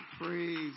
Praise